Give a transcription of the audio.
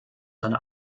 deine